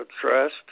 trust